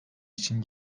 için